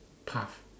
path